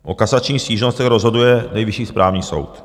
O kasačních stížnostech rozhoduje Nejvyšší správní soud.